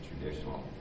traditional